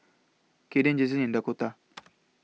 Kaiden Jazlynn and Dakotah